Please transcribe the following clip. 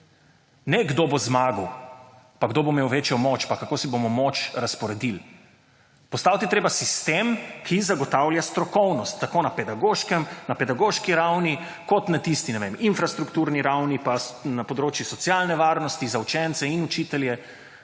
ne kdo bo zmagal in kdo bo imel večjo moč pa kako si bomo moč razporedili. Postaviti je treba sistem, ki zagotavlja strokovnost tako na pedagoški ravni kot na tisti, ne vem, infrastrukturni ravni in na področju socialne varnosti za učence in učitelje.